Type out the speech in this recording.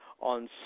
on